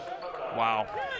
Wow